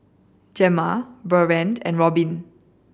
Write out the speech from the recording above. Gemma Bertrand and Robin